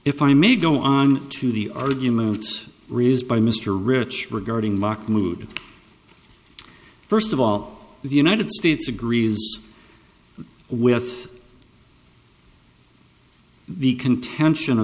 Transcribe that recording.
if i may go on to the argument raised by mr rich regarding mark mood first of all the united states agrees with the contention